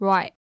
Right